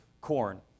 corn